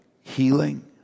healing